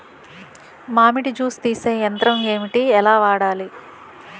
మామిడి జూస్ తీసే యంత్రం ఏంటి? ఎలా వాడాలి?